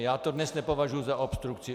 Já to dnes nepovažuji za obstrukci.